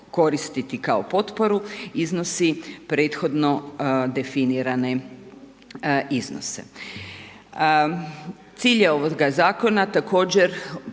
koristiti kao potporu iznosi prethodne definirane iznose. Cilj je ovoga zakona također